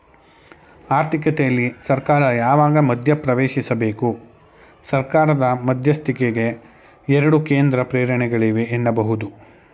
ಆರ್ಥಿಕತೆಯಲ್ಲಿ ಸರ್ಕಾರ ಯಾವಾಗ ಮಧ್ಯಪ್ರವೇಶಿಸಬೇಕು? ಸರ್ಕಾರದ ಮಧ್ಯಸ್ಥಿಕೆಗೆ ಎರಡು ಕೇಂದ್ರ ಪ್ರೇರಣೆಗಳಿವೆ ಎನ್ನಬಹುದು